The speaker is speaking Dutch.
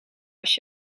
als